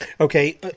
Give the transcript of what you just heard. Okay